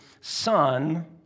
Son